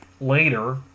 later